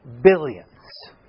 billions